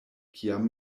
kiam